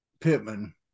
Pittman